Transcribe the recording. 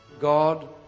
God